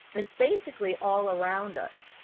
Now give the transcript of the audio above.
it's basically all around us.